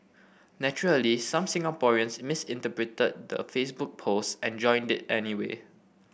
naturally some Singaporeans misinterpreted the Facebook post and joined it anyway